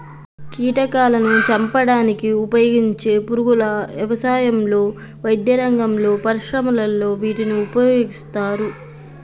కీటకాలాను చంపడానికి ఉపయోగించే పురుగుల వ్యవసాయంలో, వైద్యరంగంలో, పరిశ్రమలలో వీటిని ఉపయోగిస్తారు